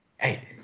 Hey